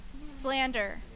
slander